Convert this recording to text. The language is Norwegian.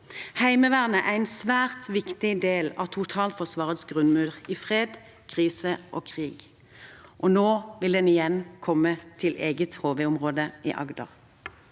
Heimevernet er en svært viktig del av totalforsvarets grunnmur i fred, krise og krig, og nå vil den igjen komme til eget HV-område i Agder.